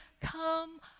come